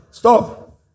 Stop